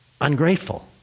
ungrateful